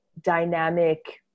dynamic